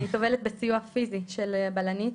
אני טובלת בסיוע פיזי של בלנית,